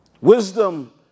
Wisdom